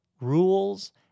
rules